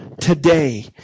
today